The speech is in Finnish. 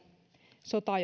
sota